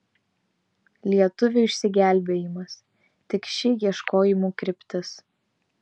lietuvių išsigelbėjimas tik ši ieškojimų kryptis